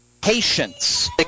patience